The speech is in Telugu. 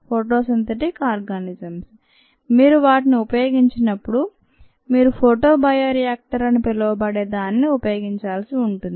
ఫోటో సింథటిక్ ఆర్గానిజమ్స్ మీరు వాటిని ఉపయోగించినప్పుడు మీరు ఫోటోబయోరియాక్టర్ అని పిలవబడే దానిని ఉపయోగించాల్సి ఉంటుంది